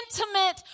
intimate